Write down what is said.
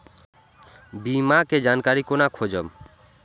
बीमा के जानकारी कोना खोजब?